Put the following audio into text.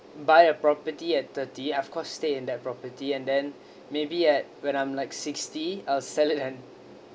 buy a property at thirty of course stay in the property and then maybe at when I'm like sixty I'll sell it and